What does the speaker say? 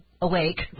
awake